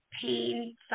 pain